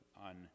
on